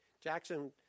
Jackson